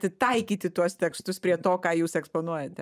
atitaikyti tuos tekstus prie to ką jūs eksponuojate